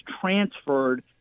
transferred